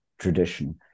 tradition